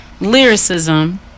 lyricism